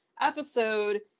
episode